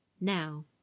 Now